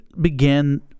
began